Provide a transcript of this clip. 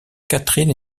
catherine